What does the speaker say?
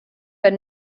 but